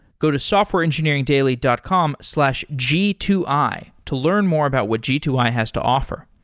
go to softwareengineeringdaily dot com slash g two i to learn more about what g two i has to offer.